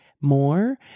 more